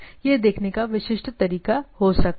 यह देखने का विशिष्ट तरीका हो सकता है